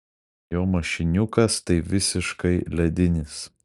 jo mašiniukas tai visiškai ledinis